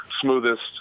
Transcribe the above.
smoothest